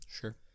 sure